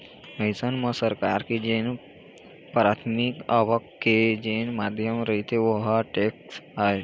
अइसन म सरकार के जेन पराथमिक आवक के जेन माध्यम रहिथे ओहा टेक्स आय